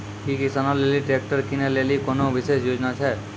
कि किसानो लेली ट्रैक्टर किनै लेली कोनो विशेष योजना छै?